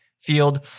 Field